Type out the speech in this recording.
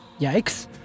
yikes